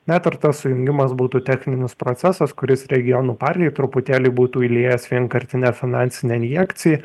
net ir tas sujungimas būtų techninis procesas kuris regionų partijai truputėlį būtų įliejęs vienkartinę finansinę injekciją